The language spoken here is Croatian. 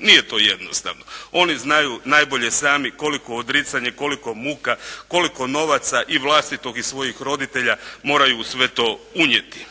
nije to jednostavno. Oni znaju najbolje sami, koliko odricanja, koliko muka, koliko novaca i vlastitog i svojih roditelja moraju u sve to unijeti.